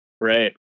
Right